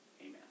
Amen